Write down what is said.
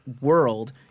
world